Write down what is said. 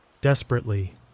Desperately